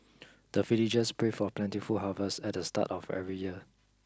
the villagers pray for plentiful harvest at the start of every year